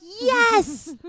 yes